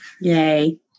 yay